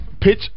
pitch